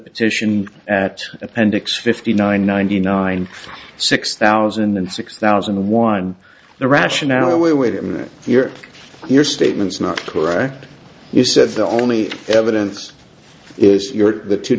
petition at appendix fifty nine ninety nine six thousand and six thousand and one the rationale we waited to hear your statements not correct you said the only evidence is your the two